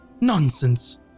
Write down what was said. Nonsense